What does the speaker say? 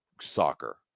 soccer